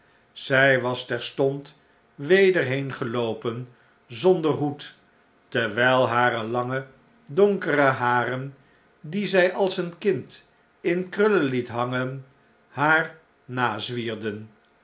zij was terstond weder heengeloopen zonder hoed terwijl hare lange donkere haren die zij als een kind in krullen liet hangen haar